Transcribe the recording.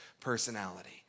personality